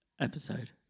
episode